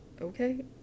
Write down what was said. Okay